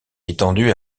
étendue